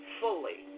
fully